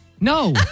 No